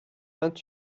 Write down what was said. vingt